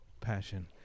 passion